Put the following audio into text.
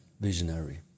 Visionary